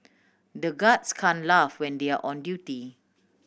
the guards can laugh when they are on duty